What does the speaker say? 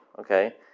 okay